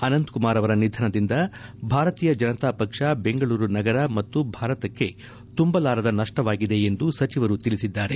ಅನಂತಕುಮಾರ್ ಅವರ ನಿಧನದಿಂದ ಭಾರತೀಯ ಜನತಾಪಕ್ಷ ಬೆಂಗಳೂರು ನಗರ ಮತ್ತು ಭಾರತಕ್ಕೆ ತುಂಬಲಾರದ ನಷ್ಟವಾಗಿದೆ ಎಂದು ಸಚಿವರು ತಿಳಿಸಿದ್ದಾರೆ